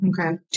okay